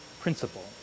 principle